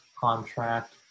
contract